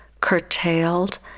curtailed